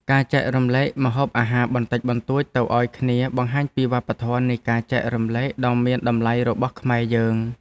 ការចែករំលែកម្ហូបអាហារបន្តិចបន្តួចទៅឱ្យគ្នាបង្ហាញពីវប្បធម៌នៃការចែករំលែកដ៏មានតម្លៃរបស់ខ្មែរយើង។